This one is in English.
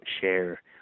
share